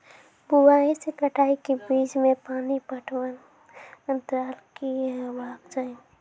बुआई से कटाई के बीच मे पानि पटबनक अन्तराल की हेबाक चाही?